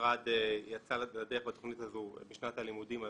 שהמשרד יצא לדרך בתוכנית הזו בשנת הלימודים הזו.